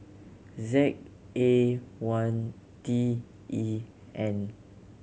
Z A one T E N